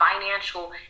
financial